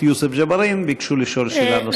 יוסף ג'בארין ביקשו לשאול שאלה נוספת.